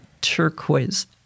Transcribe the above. turquoise